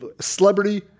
Celebrity